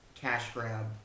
cash-grab